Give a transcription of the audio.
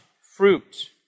fruit